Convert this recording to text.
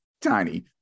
tiny